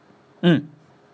mm